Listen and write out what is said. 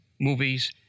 movies